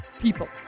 people